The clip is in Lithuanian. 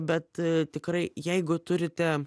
bet tikrai jeigu turite